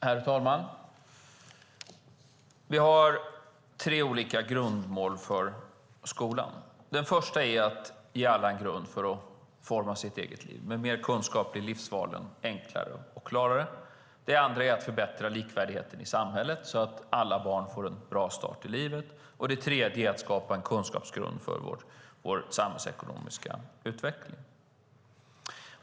Herr talman! Vi har tre olika grundmål för skolan. Det första är att ge alla en grund för att forma sitt eget liv. Med mer kunskap blir livsvalen enklare och klarare. Det andra är att förbättra likvärdigheten i samhället så att alla barn får en bra start i livet. Det tredje är att skapa en kunskapsgrund för vår samhällsekonomiska utveckling.